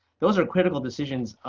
those are critical decisions.